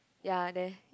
ya there